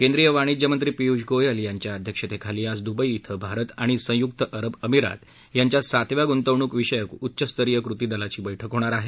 केंद्रीय वाणिज्य मंत्री पियूष गोयल यांच्या अध्यक्षतेखाली आज दूबई इथं भारत आणि संयुक्त अरब अमिरात यांच्या सातव्या गुंतवणूक विषयक उच्च स्तरीय कृती दलाची बैठक होणार आहे